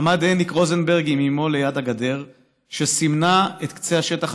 עמד הניק רוזנברג עם אימו ליד הגדר שסימנה את קצה השטח